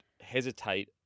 hesitate